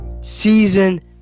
season